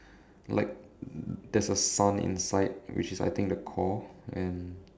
like there's a sun inside which is I think the core and